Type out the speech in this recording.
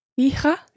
Hija